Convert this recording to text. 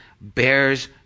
bears